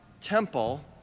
temple